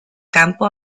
campo